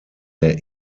der